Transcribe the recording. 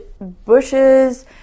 bushes